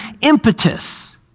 impetus